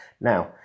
Now